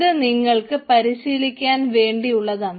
ഇത് നിങ്ങൾക്ക് പരിശീലിക്കാൻ വേണ്ടിയുള്ളതാണ്